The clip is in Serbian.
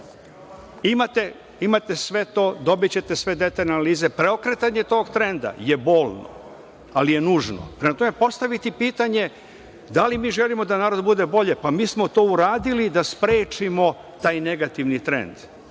vam. Imate sve to, dobićete sve detaljne analize. Preokretanje tog trenda je bolno, ali je nužno. Prema tome, postaviti pitanje da li mi želimo da narodu bude bolje, pa mi smo to uradili da sprečimo taj negativni trend